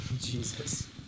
Jesus